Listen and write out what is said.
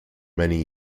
many